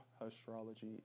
Astrology